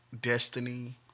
Destiny